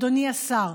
אדוני השר,